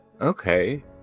Okay